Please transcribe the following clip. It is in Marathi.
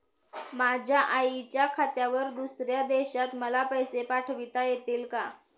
माझ्या आईच्या खात्यावर दुसऱ्या देशात मला पैसे पाठविता येतील का?